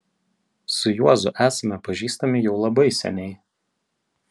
su juozu esame pažįstami jau labai seniai